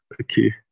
Okay